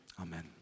amen